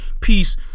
peace